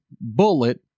Bullet